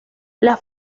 las